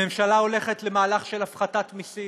הממשלה הולכת להפחתת מיסים.